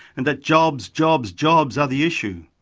and that jobs, jobs, jobs are the issue.